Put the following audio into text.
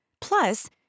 Plus